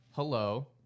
Hello